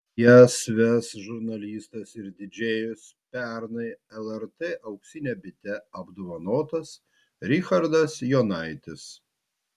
jas ves žurnalistas ir didžėjus pernai lrt auksine bite apdovanotas richardas jonaitis